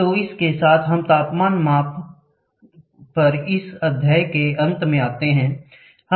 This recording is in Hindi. तो इसके साथ हम तापमान माप पर इस अध्याय के अंत में आते हैं